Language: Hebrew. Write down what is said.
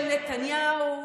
של נתניהו,